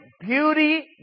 beauty